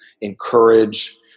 encourage